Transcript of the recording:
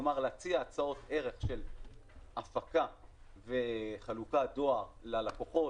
כלומר להציע הצעות ערך של הפקה וחלוקת דואר ללקוחות,